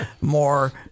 more